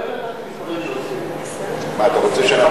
מספרים שאוספים, מה, אתה רוצה, ?